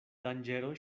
danĝero